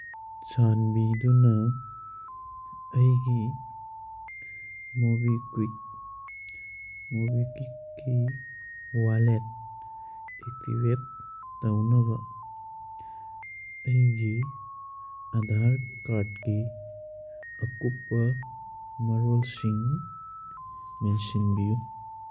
ꯆꯥꯟꯕꯤꯗꯨꯅ ꯑꯩꯒꯤ ꯃꯣꯕꯤꯀ꯭ꯋꯤꯛ ꯃꯣꯕꯤꯀ꯭ꯋꯤꯛꯀꯤ ꯋꯥꯂꯦꯠ ꯑꯦꯛꯇꯤꯚꯦꯠ ꯇꯧꯅꯕ ꯑꯩꯒꯤ ꯑꯙꯥꯔ ꯀꯥꯔꯗꯀꯤ ꯑꯀꯨꯞꯄ ꯃꯔꯣꯜꯁꯤꯡ ꯃꯦꯟꯁꯤꯟꯕꯤꯌꯨ